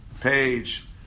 page